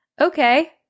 Okay